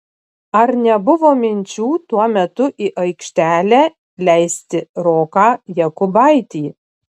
ar nebuvo minčių tuo metu į aikštelę leisti roką jokubaitį